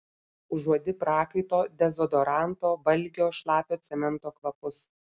užuodi prakaito dezodoranto valgio šlapio cemento kvapus